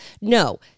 No